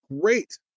great